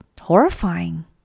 horrifying